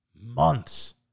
months